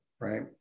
right